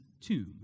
tomb